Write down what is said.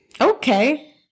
Okay